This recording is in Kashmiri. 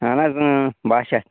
اہن حظ اۭں بَہہ شَتھ